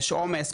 יש עומס,